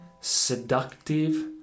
seductive